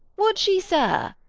would she, sir!